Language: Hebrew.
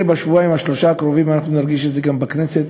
בשבועיים-שלושה הקרובים נרגיש את זה גם בכנסת.